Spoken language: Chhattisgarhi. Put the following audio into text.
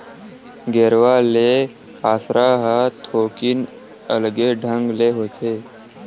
गेरवा ले कांसरा ह थोकिन अलगे ढंग ले होथे